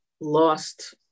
lost